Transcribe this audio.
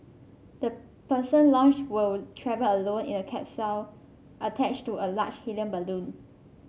the person launched will travel alone in a capsule attached to a large helium balloon